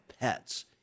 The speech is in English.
pets